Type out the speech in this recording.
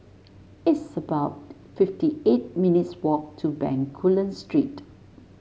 it's about fifty eight minutes' walk to Bencoolen Street